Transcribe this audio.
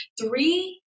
Three